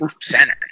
center